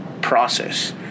process